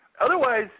Otherwise